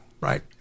Right